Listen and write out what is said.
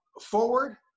forward